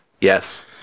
Yes